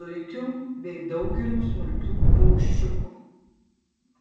zuikių bei daugelio smulkių paukščiukų